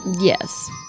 Yes